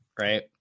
right